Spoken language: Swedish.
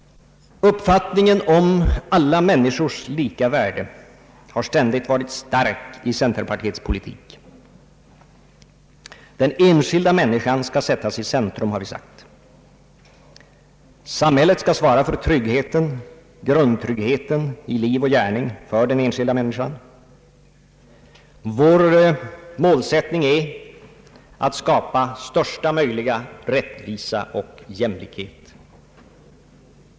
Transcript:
Uppfattningen om alla människors lika värde har ständigt varit stark i centerpartiets politik. Den enskilda människan skall sättas i centrum, har vi sagt. Samhället skall svara för grund tryggheten i liv och gärning för den enskilda människan. Vår målsättning är att skapa största möjliga rättvisa och jämlikhet.